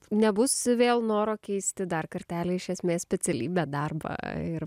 nebus vėl noro keisti dar kartelį iš esmės specialybę darbą ir